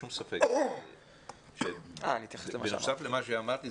בהמשך למה שאמרתי,